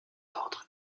ordre